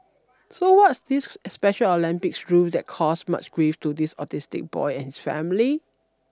so what's this Special Olympics rule that caused much grief to this autistic boy and his family